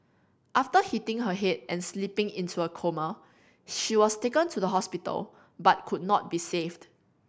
after hitting her head and slipping into a coma she was taken to the hospital but could not be saved